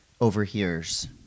overhears